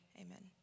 Amen